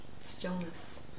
stillness